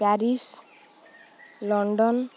Paris London